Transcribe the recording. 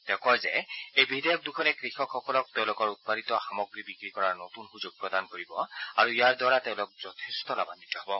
তেওঁ কয় যে এই বিধেয়ক দুখনে কৃষকসকলক তেওঁলোকৰ উৎপাদিত সামগ্ৰী বিক্ৰী কৰাৰ নতুন সুযোগ প্ৰদান কৰিব আৰু ইয়াৰ দ্বাৰা তেওঁলোক যথেষ্ট লাভান্নিত হ'ব